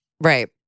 Right